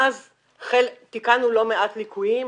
תיקנו לא מעט ליקויים.